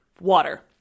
water